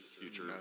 future